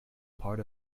part